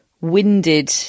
winded